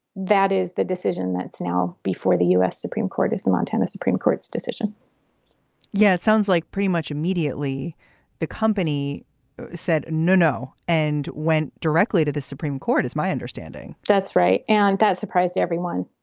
that is the decision that's now before the u s. supreme court as the montana supreme court's decision yeah, it sounds like pretty much immediately the company said no, no and went directly to the supreme court, is my understanding that's right. and that surprised everyone.